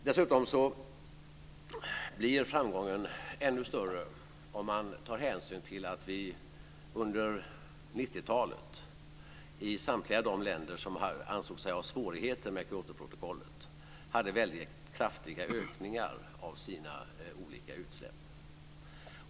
Dessutom blir framgången ännu större om man tar hänsyn till att vi under 90-talet i samtliga de länder som ansåg sig ha svårigheter med Kyotoprotokollet hade väldigt kraftiga ökningar av olika utsläpp.